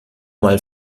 mal